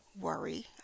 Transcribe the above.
worry